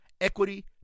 Equity